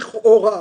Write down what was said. לכאורה.